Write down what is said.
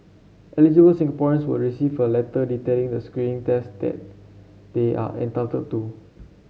eligible Singaporeans will receive a letter detailing the screening tests they are entitled to